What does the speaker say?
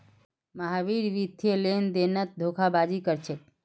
महावीर वित्तीय लेनदेनत धोखेबाजी कर छेक